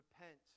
repent